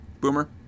Boomer